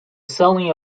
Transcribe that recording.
selling